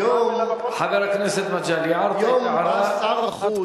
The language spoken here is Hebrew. חבר הכנסת מגלי, הערת את ההערה.